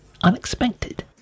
unexpected